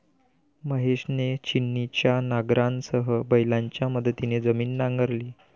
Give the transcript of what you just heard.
महेशने छिन्नीच्या नांगरासह बैलांच्या मदतीने जमीन नांगरली